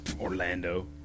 Orlando